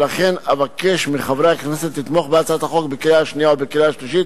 ולכן אבקש מחברי הכנסת לתמוך בהצעת החוק בקריאה השנייה ובקריאה השלישית